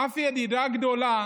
אף ידידה גדולה